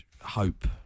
hope